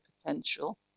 potential